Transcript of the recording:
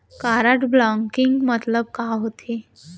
Card blocking मतलब का होथे?